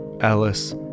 Alice